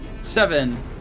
Seven